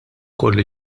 kollu